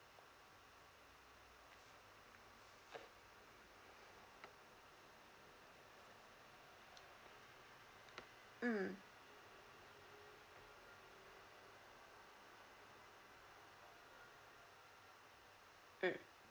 mm mm